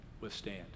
withstand